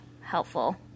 helpful